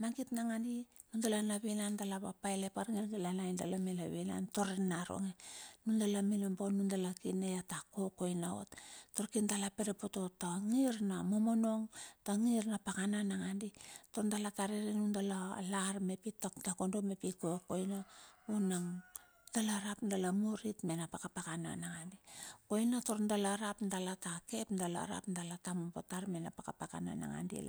Mangit nangandi nundala na vinan, dala va paelep argilgilianai dala mena vinan tar naronge nundala minombo, nundal. a kine ia ta kokoina ot tar kir dala poro pote tangir na momonong, tangir na pakana nangaoi, tar dala ta rere nundala lar mep i tak takondo mep kokoina vunang. Dala rap dala mur rit mena paka pakana nangandi, koina tar dala rap dala ta ke ap dala rap dala ta mombo tar mena paka pakana nangaoi.